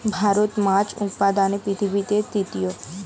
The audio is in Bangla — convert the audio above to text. ভারত মাছ উৎপাদনে পৃথিবীতে তৃতীয়